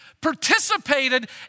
participated